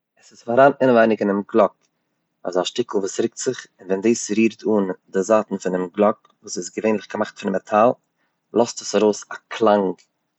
עס איז פארהאן אינעווייניג אינעם גלאק אזא שטיקל וואס ריקט זיך, ווען דעס רירט אן די זייטן פונעם גלאק וואס איז געווענליך געמאכט פון מעטאל לאזט עס ארויס א קלאנג.